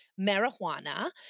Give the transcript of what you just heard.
marijuana